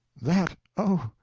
that, oh,